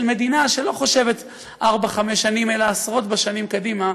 של מדינה שלא חושבת ארבע-חמש שנים אלא עשרות שנים קדימה,